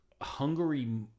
Hungary